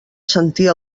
sentir